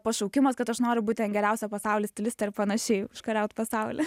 pašaukimas kad aš noriu būt ten geriausia pasauly stilistė ir panašiai užkariaut pasaulį